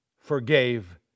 forgave